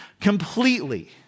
completely